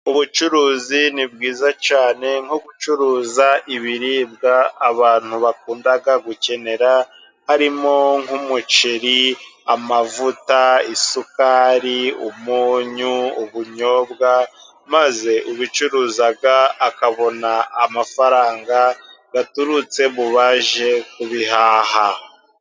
Ubucuruzi ni bwiza cyane nko gucuruza ibiribwa abantu bakunda gukenera harimo nk'umuceri, amavuta, isukari, umunyu, ubunyobwa, maze ubicuruza akabona amafaranga yaturutse mubaje kubihaha.